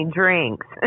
drinks